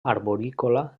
arborícola